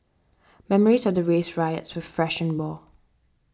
memories of the race riots were fresh and raw